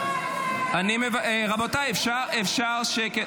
--- רבותיי, אפשר שקט?